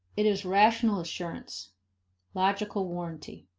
it is rational assurance logical warranty.